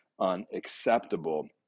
unacceptable